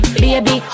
baby